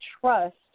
trust